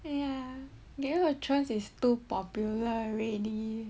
ya game of thrones too popular already